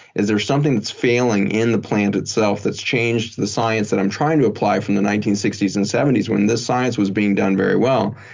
is there something that's failing in the plant itself that's changed the science that i'm trying to apply from the nineteen sixty s and seventy s when this science was being done very well.